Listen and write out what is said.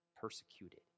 persecuted